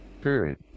Period